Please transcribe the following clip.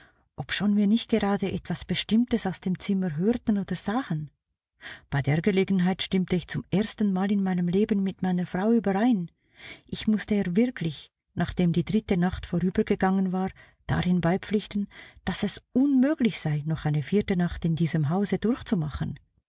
obschon wir nicht gerade etwas bestimmtes aus dem zimmer hörten oder sahen bei der gelegenheit stimmte ich zum ersten mal in meinem leben mit meiner frau überein ich mußte ihr wirklich nachdem die dritte nacht vorübergegangen war darin beipflichten daß es unmöglich sei noch eine vierte nacht in diesem hause durchzumachen